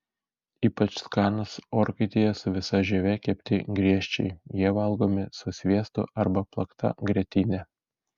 ypač skanus orkaitėje su visa žieve kepti griežčiai jie valgomi su sviestu arba plakta grietine